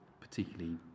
particularly